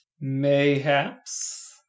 Mayhaps